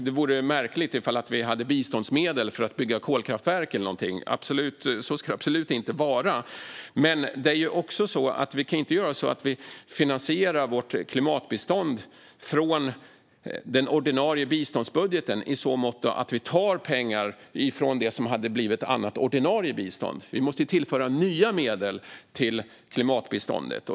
Det vore märkligt ifall vi hade biståndsmedel för att bygga kolkraftverk eller någonting - så ska det absolut inte vara - men vi kan inte heller finansiera vårt klimatbistånd ur den ordinarie biståndsbudgeten i så måtto att vi tar pengar från det som hade blivit annat, ordinarie bistånd. Vi måste i stället tillföra nya medel till klimatbiståndet.